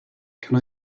can